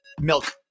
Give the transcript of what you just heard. milk